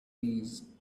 keys